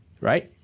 right